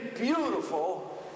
beautiful